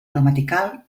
gramatical